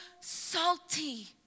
salty